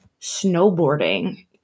snowboarding